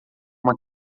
uma